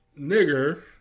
nigger